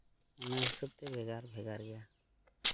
ᱚᱱᱟ ᱦᱤᱥᱟᱹᱵ ᱛᱮ ᱵᱷᱮᱜᱟᱨ ᱵᱷᱮᱜᱟᱨ ᱜᱮᱭᱟ